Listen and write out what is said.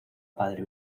padre